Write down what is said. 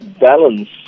balance